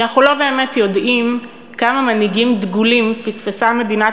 כי אנחנו לא באמת יודעים כמה מנהיגים דגולים פספסה מדינת